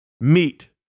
meet